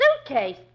suitcase